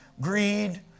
greed